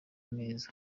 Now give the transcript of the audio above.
meza